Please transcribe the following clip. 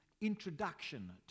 introduction